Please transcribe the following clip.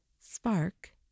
Spark